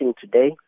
today